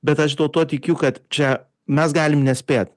bet aš tuo tuo tikiu kad čia mes galim nespėt